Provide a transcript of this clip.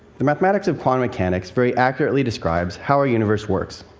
the mathematics of quantum mechanics very accurately describes our universe works.